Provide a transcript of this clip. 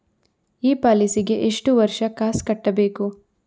ಈ ಪಾಲಿಸಿಗೆ ಎಷ್ಟು ವರ್ಷ ಕಾಸ್ ಕಟ್ಟಬೇಕು?